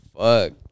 Fuck